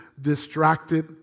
distracted